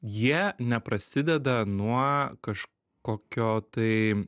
jie neprasideda nuo kažkokio tai